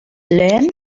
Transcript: lehen